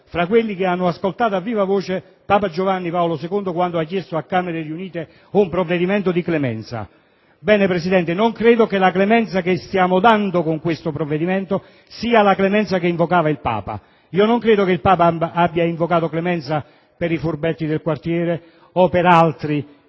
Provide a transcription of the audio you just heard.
fra quelli che hanno ascoltato la richiesta di Papa Giovanni Paolo II alle Camere riunite di un provvedimento di clemenza. Bene, Presidente, non credo che la clemenza che stiamo dando con questo provvedimento sia quella invocata dal Papa. Non penso che egli abbia invocato clemenza per i furbetti del quartiere o per altri